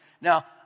Now